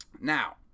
Now